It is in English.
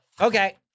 Okay